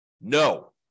no